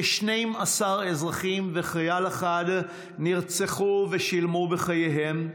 כ-12 אזרחים וחייל אחד נרצחו ושילמו בחייהם,